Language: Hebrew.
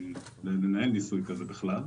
לנהל ניסוי כזה בכלל.